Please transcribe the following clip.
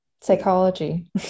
psychology